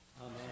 Amen